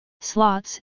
Slots